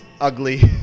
ugly